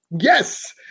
Yes